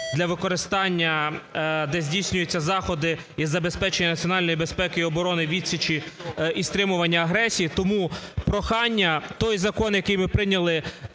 для використання, де здійснюються заходи із забезпечення національної безпеки і оборони, відсічі і стримування агресії, тому прохання: той закон, який ми прийняли